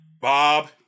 Bob